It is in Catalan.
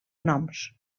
noms